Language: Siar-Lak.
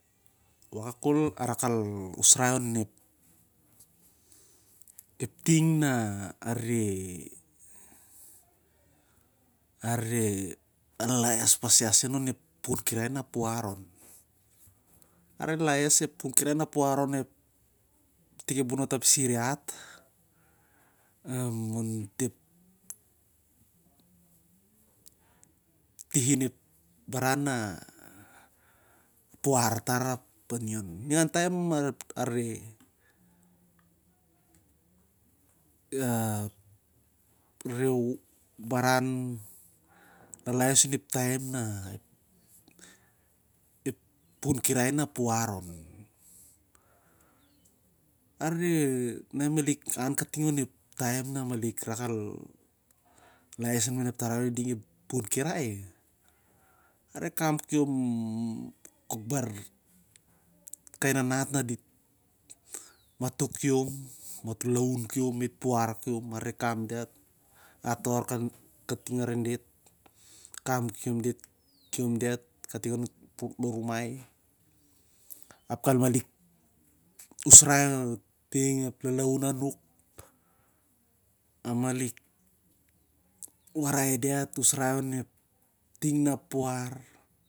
Wakak kol a rak al usrai on ep ting na a re a re lala es pas iau sen onep pukun kirai na puar on, a re lala es pas ep pukun kirai na puar on, ep tik ep bonot arpipisir i aht am on eo tihtih in ep baran na puar tar ep aning ningan taem a rere baran la laes on ep taem na ep tarai oniding ep pukun kirai are kam kiom puar kiom arere kan diat apa warwar kating arin dit kam kiom diat kating an lo rumai ap kal malik usrai ning ep lalaun anuk amalik warai diat usrai ting na puar.